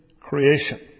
creation